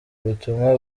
ubutumwa